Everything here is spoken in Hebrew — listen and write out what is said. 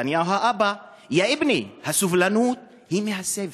נתניהו האבא: יא אִבני, הסובלנות היא מהסבל,